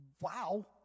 Wow